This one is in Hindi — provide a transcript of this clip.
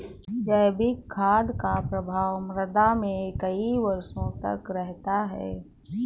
जैविक खाद का प्रभाव मृदा में कई वर्षों तक रहता है